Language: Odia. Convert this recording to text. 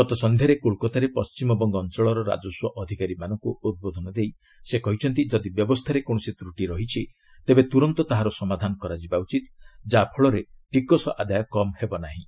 ଗତ ସଂଧ୍ୟାରେ କୋଲକାତାରେ ପଣ୍ଟିମବଙ୍ଗ ଅଞ୍ଚଳର ରାଜସ୍ୱ ଅଧିକାରୀମାନଙ୍କୁ ଉଦ୍ବୋଧନ ଦେଇ ସେ କହିଛନ୍ତି ଯଦି ବ୍ୟବସ୍ଥାରେ କୌଣସି ତ୍ରଟି ରହିଛି ତେବେ ତୁରନ୍ତ ତାହାର ସମାଧାନ କରାଯିବା ଉଚିତ୍ ଯାହାଫଳରେ ଟିକସ ଆଦାୟ କମ୍ ହେବ ନାହିଁ